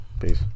Peace